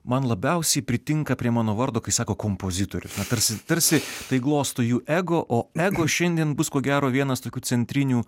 man labiausiai pritinka prie mano vardo kai sako kompozitorius tarsi tarsi tai glosto jų ego o ego šiandien bus ko gero vienas tokių centrinių